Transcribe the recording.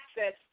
access